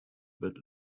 but